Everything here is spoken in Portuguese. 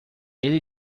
ele